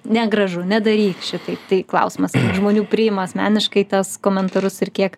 negražu nedaryk šitaip tai klausimas žmonių priima asmeniškai tas komentarus ir kiek